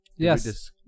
Yes